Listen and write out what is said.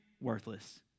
worthless